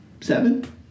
seven